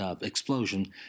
explosion